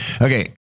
Okay